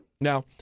Now